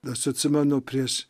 aš atsimenu prieš